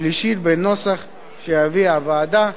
שלישית בנוסח שהביאה הוועדה.